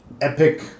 epic